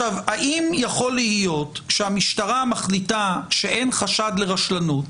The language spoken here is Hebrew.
האם יכול להיות שהמשטרה מחליטה שאין חשד לרשלנות,